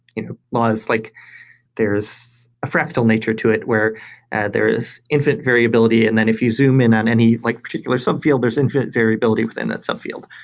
you know like there's a fractal nature to it where there is infinite variability, and then if you zoom in on any like particular sub-field, there's infinite variability within that sub-field.